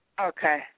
Okay